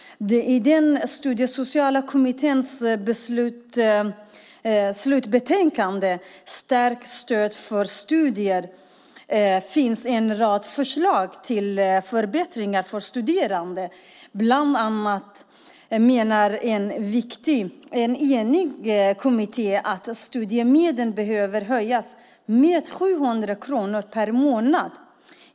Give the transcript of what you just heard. I den studiesociala kommitténs slutbetänkande Stärkt stöd för studier finns en rad förslag till förbättringar för studerande. Bland annat menar en enig kommitté att studiemedlen behöver höjas med 700 kronor per månad.